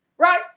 right